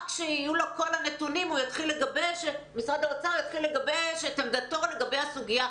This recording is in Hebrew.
רק כשיהיו לו כל הנתונים משרד האוצר יתחיל לגבש את עמדתו לגבי הסוגיה?